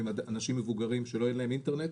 אנשים מבוגרים שאין להם אינטרנט,